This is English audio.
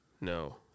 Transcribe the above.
no